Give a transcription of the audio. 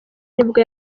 nibwo